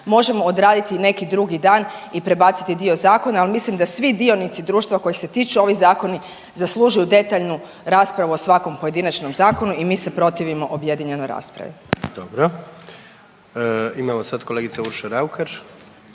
možemo odraditi neki drugi dan i prebaciti dio zakona, ali mislim da svi dionici društva kojih se tiču ovi zakoni zaslužuju detaljnu raspravu o svakom pojedinačnom zakonu i mi se protivimo objedinjenoj raspravi. **Jandroković, Gordan